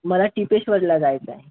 मला टीपेश्वरला जायचं आहे